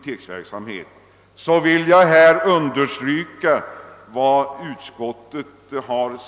teksverksamhet vill jag understryka vad utskottet uttalat.